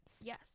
Yes